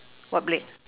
what blade